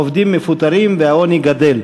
עובדים מפוטרים והעוני גדל.